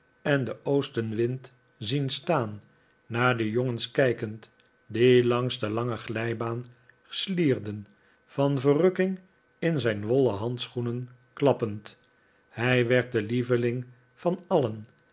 en den oostenwind zien staan naar de jongens kijkend die langs de lange glijbaan slierden van verrukking in zijn wollen handschoenen klappend hij werd de lieveling van alien